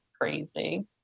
Crazy